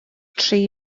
tri